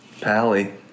Pally